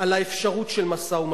על האפשרות של משא-ומתן.